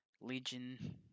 Legion